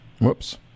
Whoops